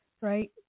right